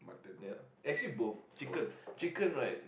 ya actually both chicken chicken right